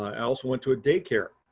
i also went to a daycare.